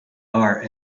art